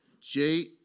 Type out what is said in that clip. J-